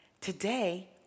Today